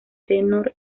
tenor